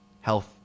health